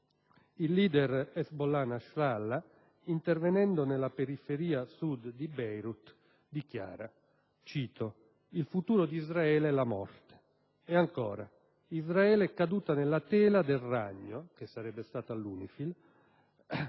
il *leader* di Hezbollah Nasrallah, intervenendo nella periferia Sud di Beirut, ha dichiarato: «Il futuro d'Israele è la morte».